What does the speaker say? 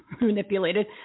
manipulated